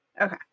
Okay